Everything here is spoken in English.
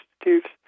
Institute's